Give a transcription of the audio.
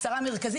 עשרה מרכזים,